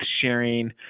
sharing